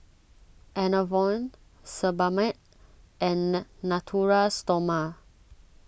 Enervon Sebamed and Na Natura Stoma